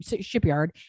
shipyard